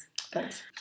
Thanks